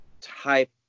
type